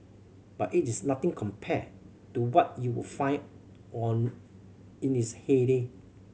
but it is nothing compared to what you would find on in its heyday